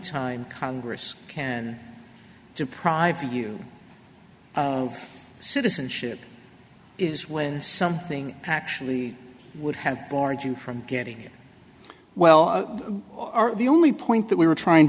time congress can deprive you of citizenship is when something actually would have barred you from getting well are the only point that we were trying